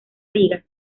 liga